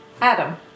Adam